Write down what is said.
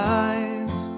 eyes